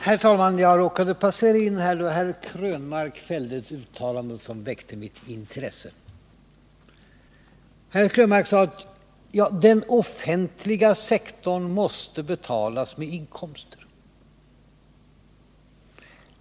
Herr talman! Jag råkade komma in i kammaren då herr Krönmark fällde ett uttalande som väckte mitt intresse. Herr Krönmark sade att den offentliga sektorns utgifter måste betalas med inkomster.